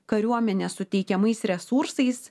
kariuomenės suteikiamais resursais